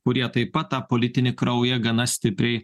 kurie taip pat tą politinį kraują gana stipriai